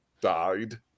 died